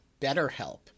BetterHelp